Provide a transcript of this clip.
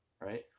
right